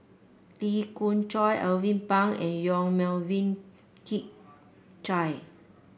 Lee Khoon Choy Alvin Pang and Yong Melvin Yik Chye